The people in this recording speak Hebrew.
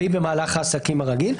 והיא במהלך העסקים הרגיל,